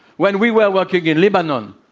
when we were working in lebanon,